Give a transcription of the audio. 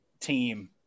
team